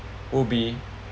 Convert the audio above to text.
would be